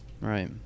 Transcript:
Right